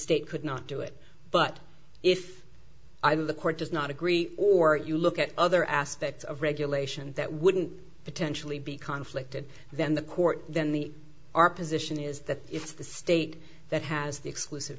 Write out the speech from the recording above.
state could not do it but if either the court does not agree or you look at other aspects of regulation that wouldn't potentially be conflict and then the court then the our position is that if the state that has the exclusive